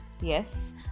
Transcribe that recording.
yes